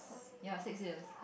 ya six years